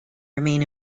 remain